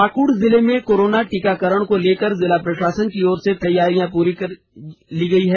पाकुड जिले में कोरोना टीकाकरण को लेकर जिला प्रशासन की ओर से तैयारी पूरी की जा रही है